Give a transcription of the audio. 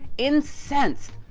incensed,